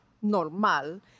normal